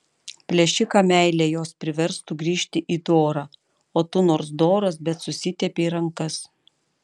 plėšiką meilė jos priverstų grįžt į dorą o tu nors doras bet susitepei rankas